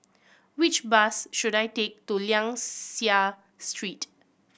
which bus should I take to Liang Seah Street